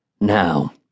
Now